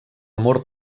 amor